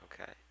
Okay